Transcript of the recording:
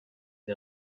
der